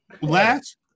last